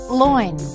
loin